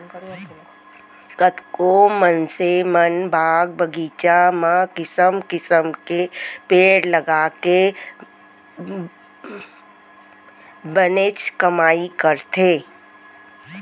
कतको मनसे मन बाग बगीचा म किसम किसम के पेड़ लगाके बनेच कमाई करथे